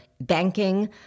banking